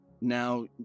Now